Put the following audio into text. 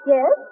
Yes